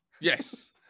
Yes